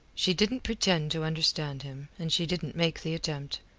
she didn't pretend to understand him, and she didn't make the attempt.